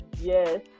Yes